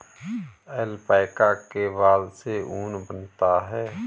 alpaca के बाल से ऊन बनता है